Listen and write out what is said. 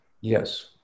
Yes